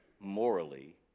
morally